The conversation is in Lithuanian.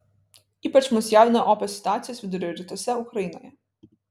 ypač mus jaudina opios situacijos vidurio rytuose ukrainoje